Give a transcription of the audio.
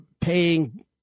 paying